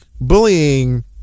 bullying